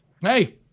Hey